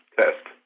test